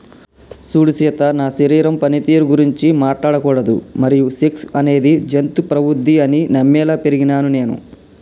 సూడు సీత నా శరీరం పనితీరు గురించి మాట్లాడకూడదు మరియు సెక్స్ అనేది జంతు ప్రవుద్ది అని నమ్మేలా పెరిగినాను నేను